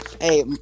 Hey